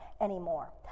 anymore